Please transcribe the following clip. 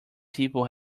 people